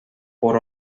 por